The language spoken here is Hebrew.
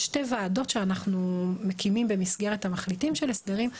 יש שתי ועדות שאנחנו מקימים במסגרת המחליטים של הסדרים,